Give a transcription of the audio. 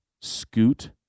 Scoot